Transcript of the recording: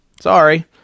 Sorry